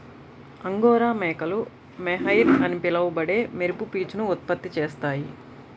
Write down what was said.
angora మేకలు mohair అని పిలువబడే మెరుపు పీచును ఉత్పత్తి చేస్తాయి